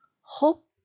Hope